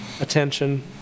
attention